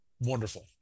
wonderful